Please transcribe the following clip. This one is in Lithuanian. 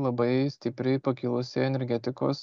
labai stipriai pakilusi energetikos